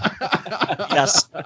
Yes